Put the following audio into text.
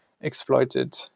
exploited